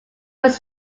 was